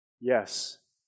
Yes